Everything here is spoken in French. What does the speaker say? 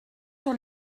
sur